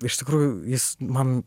iš tikrųjų jis man